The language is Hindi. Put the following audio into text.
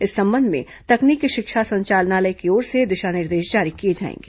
इस संबंध में तकनीकी शिक्षा संचालनालय की ओर से दिशा निर्देश जारी किए जाएंगे